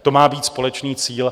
To má být společný cíl.